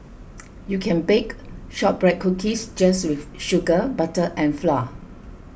you can bake Shortbread Cookies just with sugar butter and flour